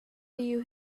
you